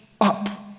up